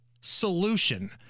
solution